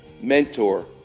mentor